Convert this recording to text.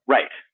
Right